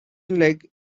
leg